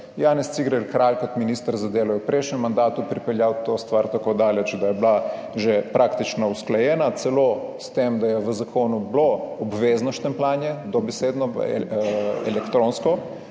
Janez Cigler Kralj, kot minister za delo je v prejšnjem mandatu pripeljal to stvar tako daleč, da je bila že praktično usklajena celo s tem, da je v zakonu bilo obvezno štempljanje dobesedno elektronsko,